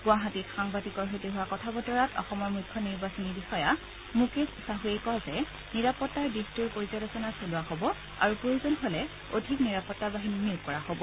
গুৱাহাটীত সাংবাদিকৰ সৈতে হোৱা কথা বতৰাত অসমৰ মুখ্য নিৰ্বাচনী বিষয়া মুকেশ চাহুৱে কয় যে নিৰাপত্তাৰ দিশটোৰ পৰ্যালোচনা চলোৱা হব আৰু প্ৰয়োজন হলে অধিক নিৰাপত্তা বাহিনী নিয়োগ কৰা হব